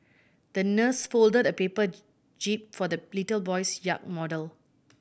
the nurse folded a paper jib for the little boy's yacht model